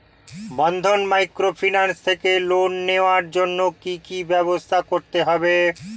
বন্ধন microfinance থেকে loan নেওয়ার জন্য কি কি ব্যবস্থা করতে হবে?